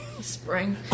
Spring